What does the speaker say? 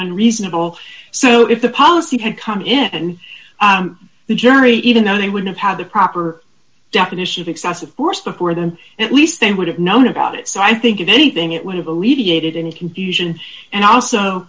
unreasonable so if the policy had come in and the jury even though they would have had the proper definition of excessive force the poor then at least they would have known about it so i think if anything it would have alleviated any confusion and also